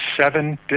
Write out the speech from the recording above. seven